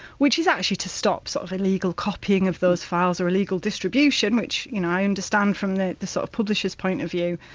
which is actually to stop sort of illegal copying of those files or illegal distribution, which, you know, i understand from the the sort of publishers' point of view.